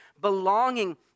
belonging